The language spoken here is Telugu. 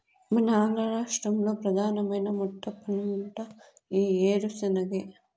మన ఆంధ్ర రాష్ట్రంలో ప్రధానమైన మెట్టపంట ఈ ఏరుశెనగే